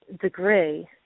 degree